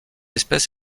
espèce